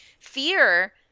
fear